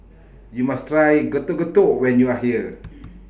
YOU must Try Getuk Getuk when YOU Are here